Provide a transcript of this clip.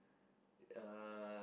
uh